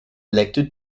elected